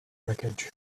wreckage